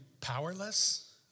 powerless